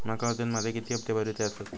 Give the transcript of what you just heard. माका अजून माझे किती हप्ते भरूचे आसत?